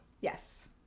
Yes